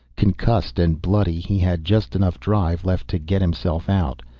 concussed and bloody, he had just enough drive left to get himself out.